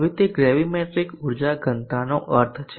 હવે તે ગ્રેવીમેટ્રિક ઉર્જા ઘનતાનો અર્થ છે